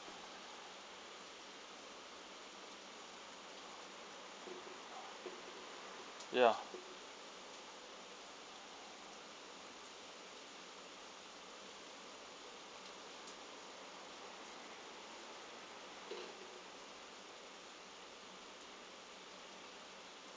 ya